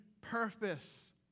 purpose